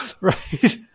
Right